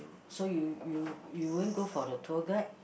so you you you won't go for the tour guide